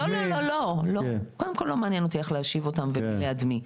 לא מעניין אותי איך להושיב אותם ומי ליד מי.